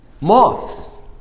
Moths